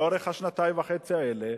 לאורך השנתיים וחצי האלה,